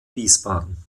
wiesbaden